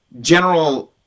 general